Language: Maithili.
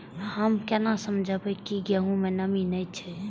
हम केना समझये की गेहूं में नमी ने छे?